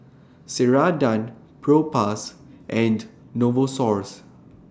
Ceradan Propass and Novosource